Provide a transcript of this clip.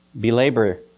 belabor